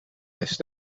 west